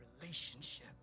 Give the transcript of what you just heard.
relationship